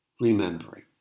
remembering